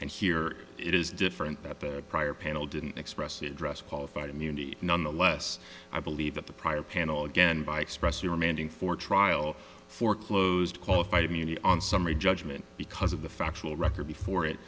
and here it is different that the prior panel didn't express it dress qualified immunity nonetheless i believe that the prior panel again by express your amending for trial foreclosed qualified immunity on summary judgment because of the factual record before it